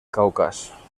caucas